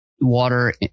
water